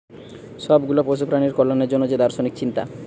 সব গুলা পশু প্রাণীর কল্যাণের জন্যে যে দার্শনিক চিন্তা